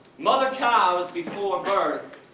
mother cows, before birth,